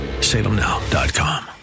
salemnow.com